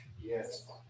Yes